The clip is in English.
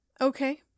Okay